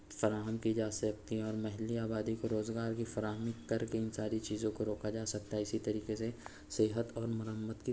فراہم کی جا سکتی اور محلی آبادی کو روزگار کی فراہمی کر کے ان ساری چیزوں کو روکا جا سکتا ہے اسی طریقے سے صحت اور مرمت کی